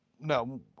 no